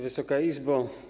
Wysoka Izbo!